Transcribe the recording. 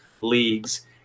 leagues